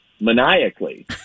maniacally